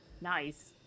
Nice